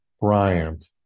Bryant